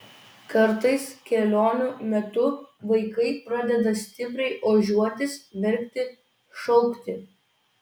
kartais kelionių metu vaikai pradeda stipriai ožiuotis verkti šaukti